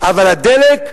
אבל הדלק,